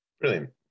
brilliant